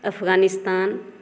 Afghanistan